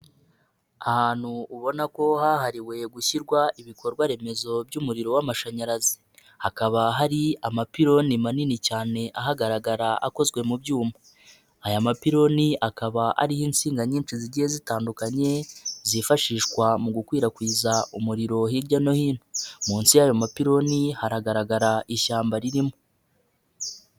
Ahantu ubona ko hahariwe gushyirwa ibikorwa remezo by'umuriro w'amashanyarazi, hakaba hari amapironi manini cyane ahagaragara akozwe mu byuma, aya mapironi akaba ariho insinga nyinshi zigiye zitandukanye, zifashishwa mu gukwirakwiza umuriro hirya no hino, munsi y'ayo mapironi hagaragara ishyamba ririmo.